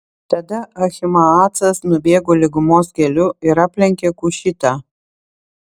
tada ahimaacas nubėgo lygumos keliu ir aplenkė kušitą